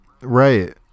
Right